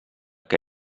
que